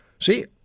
See